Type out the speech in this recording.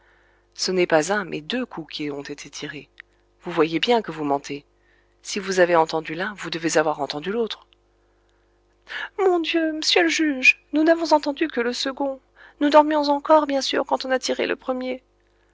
ce n'est pas un mais deux coups qui ont été tirés vous voyez bien que vous mentez si vous avez entendu l'un vous devez avoir entendu l'autre mon dieu m'sieur le juge nous n'avons entendu que le second nous dormions encore bien sûr quand on a tiré le premier